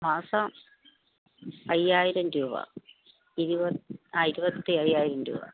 മാസം അയ്യായിരം രൂപ ഇരുപത് ആ ഇരുപത്തയ്യായിരം രൂപ